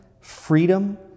freedom